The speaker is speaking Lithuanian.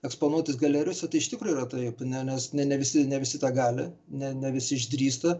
eksponuotis galerijose tai iš tikro yra taip ne nes ne visi ne visi tą gali ne ne visi išdrįsta